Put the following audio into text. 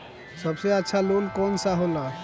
सबसे अच्छा लोन कौन सा होला?